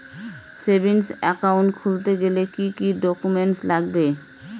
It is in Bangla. সেভিংস একাউন্ট খুলতে গেলে কি কি ডকুমেন্টস লাগবে?